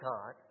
God